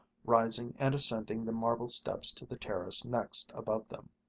rising and ascending the marble steps to the terrace next above them.